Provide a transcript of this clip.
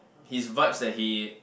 his vibes that he